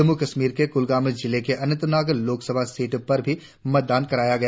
जम्मू कश्मीर के कुलगाम जिले की अनंतनाग लोकसभा सीट पर भी मतदान कराया गया